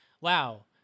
wow